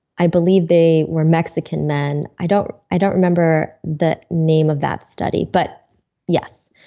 i believe they were mexican men. i don't i don't remember the name of that study, but yes.